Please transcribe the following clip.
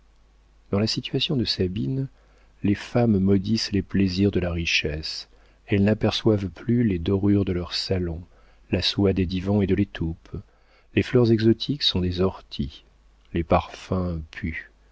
dans la situation de sabine les femmes maudissent les plaisirs de la richesse elles n'aperçoivent plus les dorures de leurs salons la soie des divans est de l'étoupe les fleurs exotiques sont des orties les parfums puent